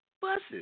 buses